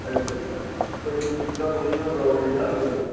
अच्छा अच्छा कोई डूंह्गा कोई होर रोग निं ना कोई